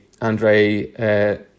Andrei